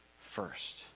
first